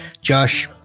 josh